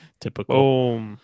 Typical